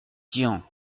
tian